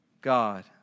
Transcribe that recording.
God